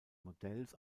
modells